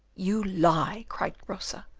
you lie! cried rosa.